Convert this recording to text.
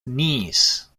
knees